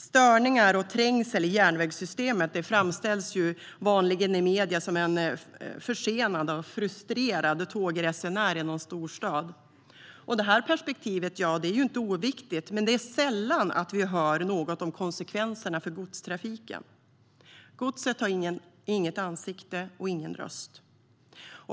Störningar och trängsel i järnvägssystemet framställs vanligen i medierna som problem för försenade och frustrerade tågresenärer i någon storstad. Det här perspektivet är inte oviktigt, men det är sällan vi hör något om konsekvenserna för godstrafiken. Godset har inget ansikte och ingen röst.